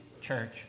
church